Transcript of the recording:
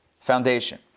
foundation